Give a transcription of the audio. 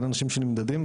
אין אנשים שנמדדים,